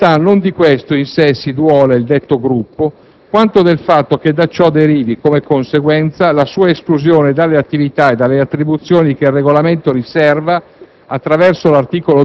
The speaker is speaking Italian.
Ma, in realtà, non di questo - in sé - si duole il detto Gruppo, quanto del fatto che da ciò derivi, come conseguenza, la sua esclusione dalle attività e dalle attribuzioni che il Regolamento riserva,